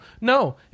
no